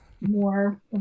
more